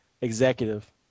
executive